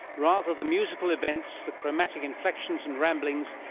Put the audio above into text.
rather the musical events, the chromatic inflections and ramblings,